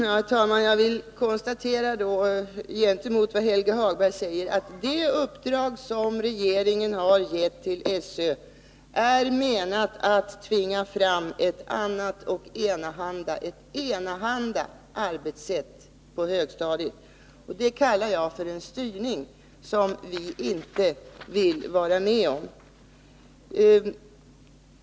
Herr talman! Jag vill med anledning av vad Helge Hagberg sade konstatera att det uppdrag som regeringen gett till skolöverstyrelsen är menat att tvinga samma frågor väsendet gemensamma frågor fram ett annat och enahanda arbetssätt på högstadiet. Det kallar jag för en styrning, och vi vill inte vara med om det.